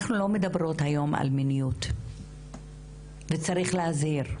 אנחנו לא מדברות היום על מיניות וצריך להזהיר.